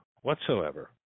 whatsoever